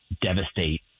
devastate